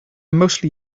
mostly